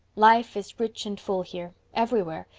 life is rich and full here. everywhere.